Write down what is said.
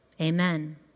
Amen